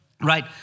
right